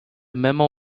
memo